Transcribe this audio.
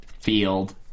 field